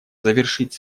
завершить